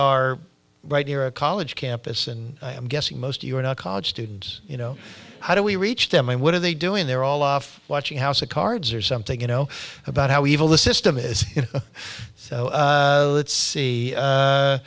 are right near a college campus and i'm guessing most you are not college students you know how do we reach them and what are they doing they're all off watching house of cards or something you know about how evil the system is let's see